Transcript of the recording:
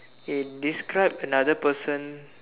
eh describe another person